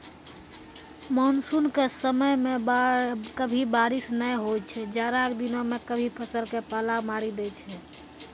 monsoon के समय मॅ कभी बारिश नाय होय छै, जाड़ा के दिनों मॅ कभी फसल क पाला मारी दै छै